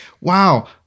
wow